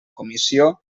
comissió